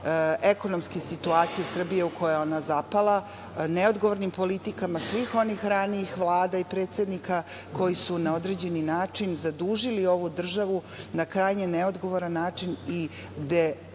ekonomske situacije Srbije u koju je ona zapala neodgovornim politikama svih onih ranijih vlada i predsednika koji su na određeni način zadužili ovu državu na krajnje neodgovoran način i gde